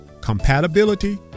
compatibility